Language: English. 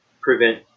prevent